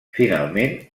finalment